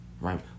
right